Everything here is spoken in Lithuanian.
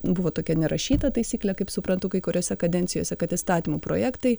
buvo tokia nerašyta taisyklė kaip suprantu kai kuriose kadencijose kad įstatymų projektai